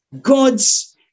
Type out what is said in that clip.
God's